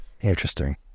Interesting